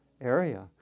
area